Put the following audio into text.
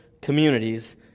communities